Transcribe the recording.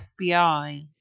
FBI